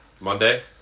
Monday